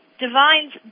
Divine's